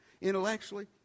intellectually